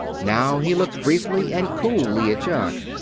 now he looked briefly and coolly at jock.